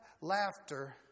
laughter